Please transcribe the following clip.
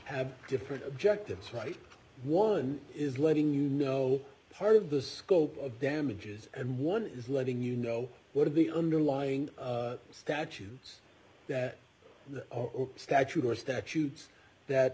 have different objectives right one is letting you know part of the scope of damages and one is letting you know what are the underlying statutes that statute or statutes that